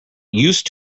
used